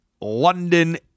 London